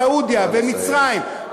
ושיתוף פעולה עם סעודיה ומצרים,